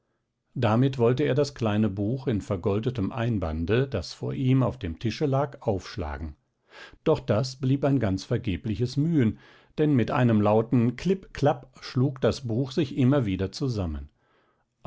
damit wollte er das kleine buch in vergoldetem einbande das vor ihm auf dem tische lag aufschlagen doch das blieb ein ganz vergebliches mühen denn mit einem lauten klipp klapp schlug das buch sich immer wieder zusammen